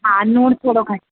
हा लूणु थोरो घटि